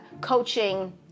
coaching